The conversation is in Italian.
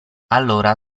allora